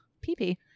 Pee-Pee